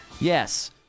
Yes